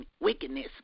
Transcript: wickedness